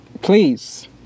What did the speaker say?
Please